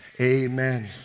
amen